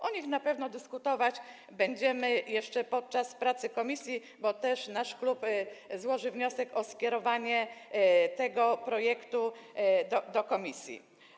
O nich na pewno dyskutować będziemy jeszcze podczas pracy komisji, bo też nasz klub złoży wniosek o skierowanie tego projektu do komisji.